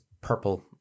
purple